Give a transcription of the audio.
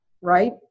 right